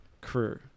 crew